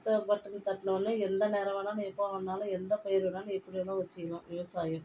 சிவப்பு பட்டன் தட்டினவொன்னே எந்த நேரம் வேணாலும் எப்பவாக இருந்தாலும் எந்த பயிர் வேணுனாலும் எப்டி வேணாலும் வச்சுக்கலாம் விவசாயிகள்